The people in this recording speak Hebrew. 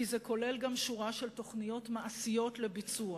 כי זה כולל גם שורה של תוכניות מעשיות לביצוע.